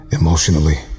emotionally